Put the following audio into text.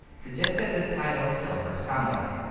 suggested the title silver samurai.